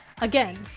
Again